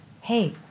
hey